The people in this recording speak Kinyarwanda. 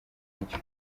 indyo